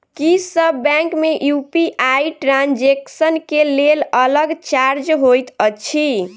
की सब बैंक मे UPI transaction केँ लेल अलग चार्ज होइत अछि?